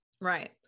right